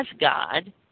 God